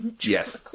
Yes